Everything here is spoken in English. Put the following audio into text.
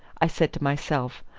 i said to myself,